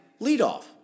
leadoff